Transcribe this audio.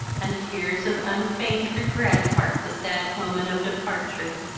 and tears of unfeigned regret marked the sad moment of departure.